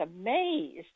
amazed